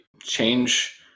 change